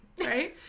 right